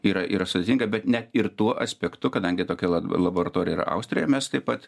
yra yra sudėtinga bet net ir tuo aspektu kadangi tokia laboratorija yra austrijoj ir mes taip pat